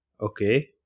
Okay